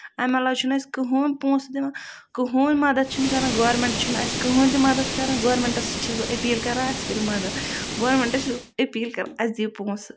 اَمہِ علاوٕ چھُنہٕ اَسہِ کٔہٕنۍ پونسہٕ دِوان کٔہٕنۍ مدد چھُنہٕ کران گورمینٹ چھُنہٕ اَسہِ کٔہٕنۍ تہِ مدد کران گورمینٹَس سۭتۍ چھَس بہٕ أپیٖل کران اَسہِ کٔرِو مدد گورمینٹَس چھَس بہٕ أپیٖل کران اَسہِ دِیو پوٛنسہٕ